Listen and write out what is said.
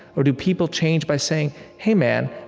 or do people change by saying hey, man,